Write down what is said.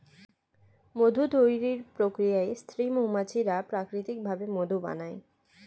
মধু তৈরির প্রক্রিয়ায় স্ত্রী মৌমাছিরা প্রাকৃতিক ভাবে মধু বানায়